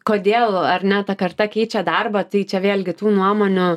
kodėl ar ne ta karta keičia darbą tai čia vėlgi tų nuomonių